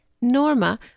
Norma